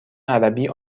عربی